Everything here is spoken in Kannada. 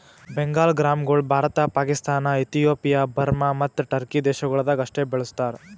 ಬೆಂಗಾಲ್ ಗ್ರಾಂಗೊಳ್ ಭಾರತ, ಪಾಕಿಸ್ತಾನ, ಇಥಿಯೋಪಿಯಾ, ಬರ್ಮಾ ಮತ್ತ ಟರ್ಕಿ ದೇಶಗೊಳ್ದಾಗ್ ಅಷ್ಟೆ ಬೆಳುಸ್ತಾರ್